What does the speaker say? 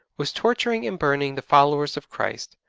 was torturing and burning the followers of christ.